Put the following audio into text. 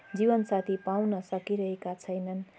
जीवन साथी पाउन सकिरहेका छैनन्